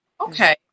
Okay